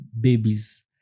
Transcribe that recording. babies